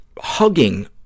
hugging